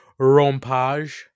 Rompage